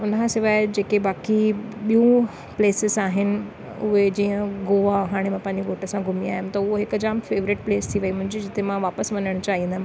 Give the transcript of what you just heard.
हुन खां सिवाइ जेके बाक़ी ॿियूं प्लेसिस आहिनि उहे जीअं गोवा हाणे मां पंहिंजे घोट सां घुमी आयमि त हूअ हिकु जाम फेवरेट प्लेस थी वई जिते मां वापसि वञणु चाहींदमि